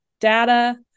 data